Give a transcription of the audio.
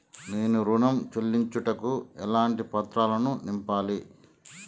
నేను ఋణం చెల్లించుటకు ఎలాంటి పత్రాలను నింపాలి?